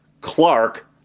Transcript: Clark